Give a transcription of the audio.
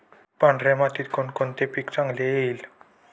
पांढऱ्या मातीत कोणकोणते पीक चांगले येईल?